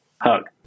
Hug